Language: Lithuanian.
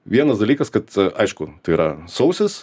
vienas dalykas kad aišku tai yra sausas